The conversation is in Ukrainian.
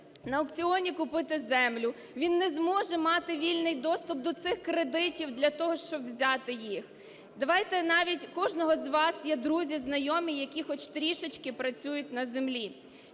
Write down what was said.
на аукціоні купити землю, він не зможе мати вільний доступ до цих кредитів для того, щоб взяти їх. Давайте навіть… у кожного з вас є друзі, знайомі, які хоч трішечки працюють на землю.